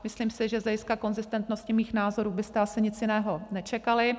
Myslím si, že z hlediska konzistentnosti mých názorů byste asi nic jiného nečekali.